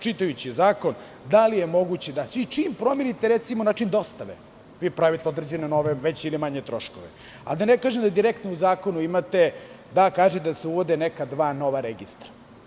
Čitajući zakon – da li je moguće da čim promenite, recimo, način dostave vi pravite određene manje ili veće troškove, a da ne kažem da se direktno u zakonu kaže da se uvode neka dva nova registra.